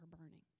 burning